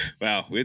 Wow